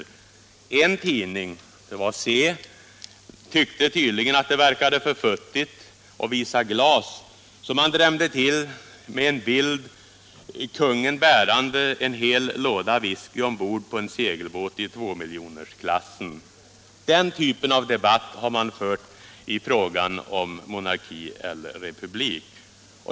I en tidning, SE, tyckte man tydligen att det verkade för futtigt att visa glas, så man drämde till med en bild av kungen bärande en hel låda whisky ombord på en segelbåt i tvåmiljonersklassen. Den typen av debatt har man fört i frågan om "monarki eller republik.